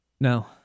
No